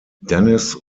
dennis